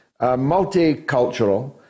multicultural